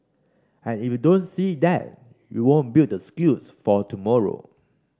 and if you don't see that you won't build the skills for tomorrow